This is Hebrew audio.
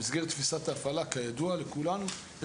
כידוע לכולנו,